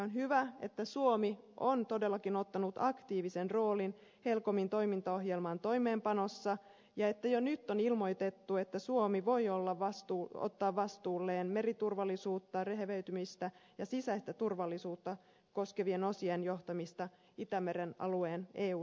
on hyvä että suomi on todellakin ottanut aktiivisen roolin helcomin toimintaohjelman toimeenpanossa ja jo nyt on ilmoitettu että suomi voi ottaa vastuulleen meriturvallisuutta rehevöitymistä ja sisäistä turvallisuutta koskevien osien johtamisen itämeren alueen eu strategiassa